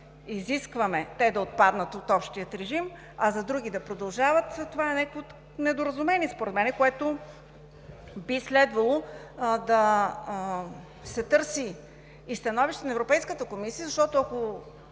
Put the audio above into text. изискваме те да отпаднат от общия режим, а за други да продължават. Това е някакво недоразумение според мен, за което би следвало да се търси и становище на Европейската комисия, защото ако